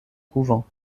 couvent